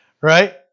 Right